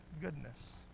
goodness